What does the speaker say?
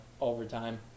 overtime